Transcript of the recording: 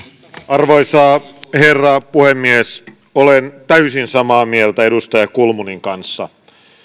arvoisa herra puhemies olen täysin samaa mieltä edustaja kulmunin kanssa